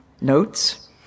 notes